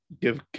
give